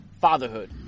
FATHERHOOD